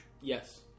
Yes